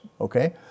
Okay